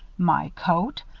my coat!